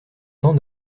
temps